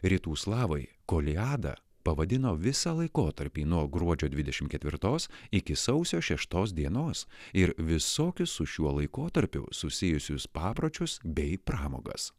rytų slavai kolijada pavadino visą laikotarpį nuo gruodžio dvidešim ketvirtos iki sausio šeštos dienos ir visokius su šiuo laikotarpiu susijusius papročius bei pramogas